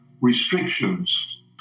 restrictions